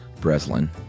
Breslin